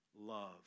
Love